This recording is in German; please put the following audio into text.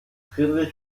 friedrich